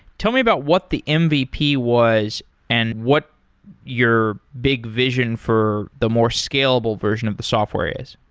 tell me about what the ah mvp was and what your big vision for the more scalable version of the software is.